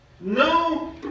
No